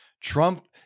Trump